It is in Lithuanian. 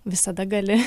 visada gali